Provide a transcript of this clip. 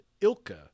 Ilka